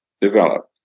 develop